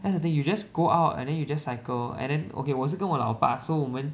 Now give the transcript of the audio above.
that's the thing you just go out and then you just cycle and then okay 我是跟我老爸 so 我们